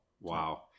Wow